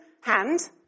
hand